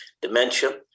dementia